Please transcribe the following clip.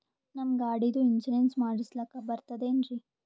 ನಮ್ಮ ಗಾಡಿದು ಇನ್ಸೂರೆನ್ಸ್ ಮಾಡಸ್ಲಾಕ ಬರ್ತದೇನ್ರಿ?